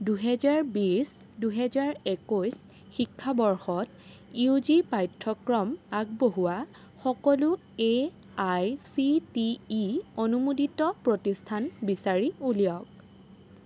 দুহেজাৰ বিশ দুহেজাৰ একৈছ শিক্ষাবৰ্ষত ইউ জি পাঠ্যক্ৰম আগবঢ়োৱা সকলো A I C T E অনুমোদিত প্ৰতিষ্ঠান বিচাৰি উলিয়াওক